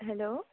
hello